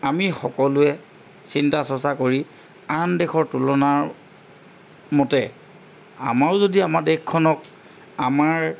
আমি সকলোৱে চিন্তা চৰ্চা কৰি আন দেশৰ তুলনাৰ মতে আমাৰো যদি আমাৰ দেশখনক আমাৰ